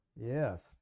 Yes